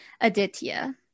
Aditya